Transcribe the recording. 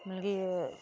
मतलब की ओह्